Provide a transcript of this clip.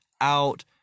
out